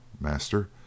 Master